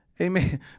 Amen